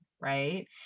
right